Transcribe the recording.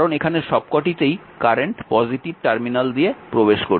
কারণ এখানে সবকটিতেই কারেন্ট পজিটিভ টার্মিনাল দিয়ে প্রবেশ করছে